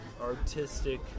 artistic